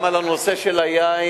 וגם על הנושא של היין,